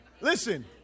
Listen